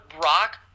Brock